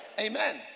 Amen